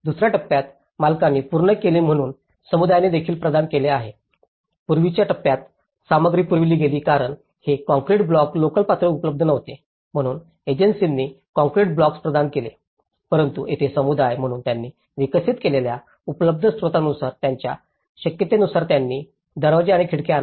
दुसर्या टप्प्यात मालकांनी पूर्ण केले म्हणून समुदायांनी देखील प्रदान केले आहे पूर्वीच्या टप्प्यात सामग्री पुरविली गेली कारण हे कॉंक्रिट ब्लॉक लोकल पातळीवर उपलब्ध नव्हते म्हणून एजन्सींनी कंक्रीट ब्लॉक्स प्रदान केले परंतु येथे समुदाय म्हणून त्यांनी विकसित केलेल्या उपलब्ध स्त्रोतानुसार त्यांच्या शक्यतेनुसार त्यांनी दारे आणि खिडक्या आणल्या